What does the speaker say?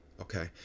Okay